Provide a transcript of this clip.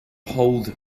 hold